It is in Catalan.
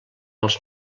els